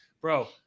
Bro